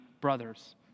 brothers